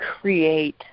create